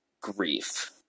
grief